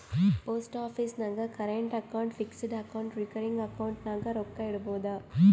post office ನಾಗ್ current account, fixed account, recurring account ನಾಗ್ ರೊಕ್ಕಾ ಇಡ್ಬೋದ್